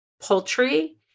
poultry